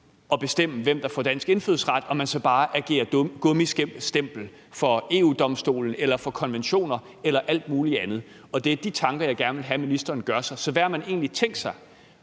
at bestemme, hvem der får dansk indfødsret, og man så bare agerer gummistempel for EU-Domstolen, for konventionerne eller for alt muligt andet. Og det er de tanker, jeg gerne vil have at ministeren gør sig. Så hvad har man egentlig tænkt sig